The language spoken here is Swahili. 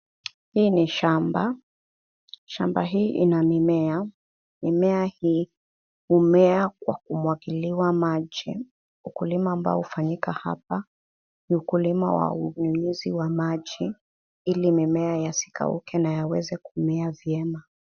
Hii ni shamba. Shamba hii ina mimea. Mimea hii humea kwa kumwagiliwa maji. Ukulima ambao hufanyika hapa ni ukulima wa unyunyuzi wa maji ili mimea yasikauke na iweze kumea vyema.